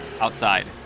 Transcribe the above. outside